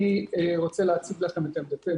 אני רוצה להציג לכם את עמדתנו.